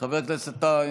חבר הכנסת טאהא,